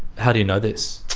how do you know this?